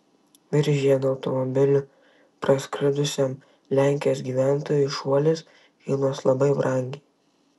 virš žiedo automobiliu praskridusiam lenkijos gyventojui šuolis kainuos labai brangiai